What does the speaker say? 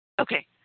Okay